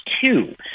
Two